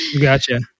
Gotcha